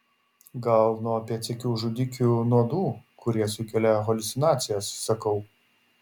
gal nuo pėdsekių žudikių nuodų kurie sukelia haliucinacijas sakau